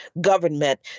government